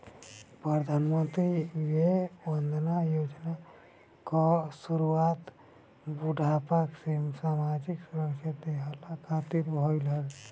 प्रधानमंत्री वय वंदना योजना कअ शुरुआत बुढ़ापा में सामाजिक सुरक्षा देहला खातिर भईल हवे